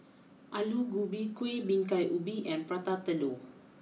Aloo Gobi Kuih Bingka Ubi and Prata Telur